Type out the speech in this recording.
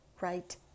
right